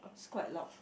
it's quite loud